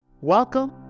Welcome